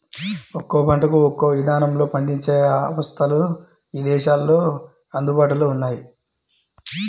ఒక్కో పంటకు ఒక్కో ఇదానంలో పండించే అవస్థలు ఇదేశాల్లో అందుబాటులో ఉన్నయ్యి